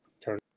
turn